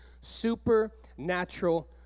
supernatural